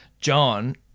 John